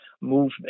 movement